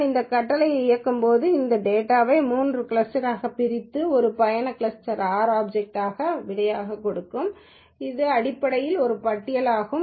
நான் இந்த கட்டளையை இயக்கும்போது அது டேட்டாவை 3 கிளஸ்டர்களாகப் பிரித்து ஒரு பயணக் கிளஸ்டர் ஆர் ஆப்சக்ட்ளாக விடையாக கொடுக்கும் இது அடிப்படையில் ஒரு பட்டியலாகும்